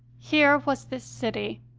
here was this city,